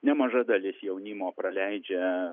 nemaža dalis jaunimo praleidžia